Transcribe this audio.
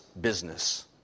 business